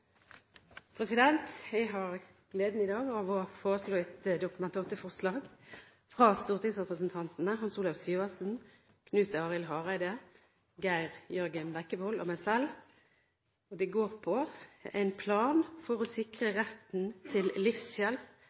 Jeg har i dag gleden av å fremsette et Dokument 8-forslag fra stortingsrepresentantene Hans Olav Syversen, Knut Arild Hareide, Geir Jørgen Bekkevold og meg selv om en plan for å sikre retten til livshjelp